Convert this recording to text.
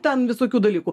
ten visokių dalykų